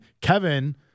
Kevin